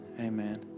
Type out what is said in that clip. Amen